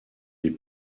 les